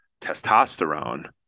testosterone